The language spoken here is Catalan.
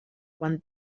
quan